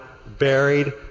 buried